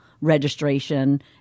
registration